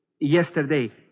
Yesterday